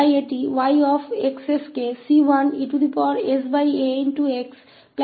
तो यह 𝑌𝑥 𝑠 को c1esaxc2e sax रूप में दिया जाता है